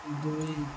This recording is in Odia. ଦୁଇ